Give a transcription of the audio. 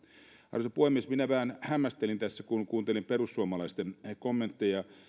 arvoisa puhemies minä vähän hämmästelin tässä kun kuuntelin perussuomalaisten kommentteja